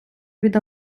від